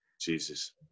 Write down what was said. Jesus